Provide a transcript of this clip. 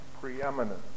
preeminent